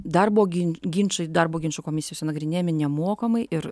darbo gin ginčai darbo ginčų komisijose nagrinėjami nemokamai ir